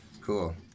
Cool